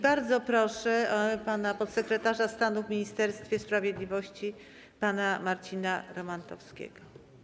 Bardzo proszę podsekretarza stanu w Ministerstwie Sprawiedliwości pana Marcina Romanowskiego.